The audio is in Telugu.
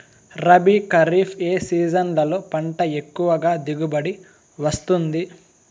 రబీ, ఖరీఫ్ ఏ సీజన్లలో పంట ఎక్కువగా దిగుబడి వస్తుంది